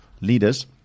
leaders